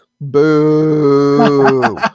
Boo